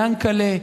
יענקל'ה,